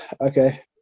okay